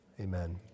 Amen